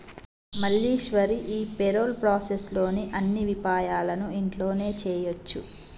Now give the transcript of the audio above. మల్లీశ్వరి ఈ payroll process లోని అన్ని విపాయాలను ఇంట్లోనే చేయొచ్చు